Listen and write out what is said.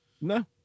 No